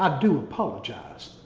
um do apologize,